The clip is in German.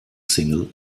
single